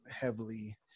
heavily